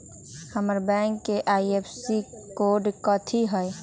हमर बैंक के IFSC code कथि हई?